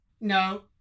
no